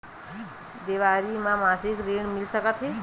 देवारी म मासिक ऋण मिल सकत हे?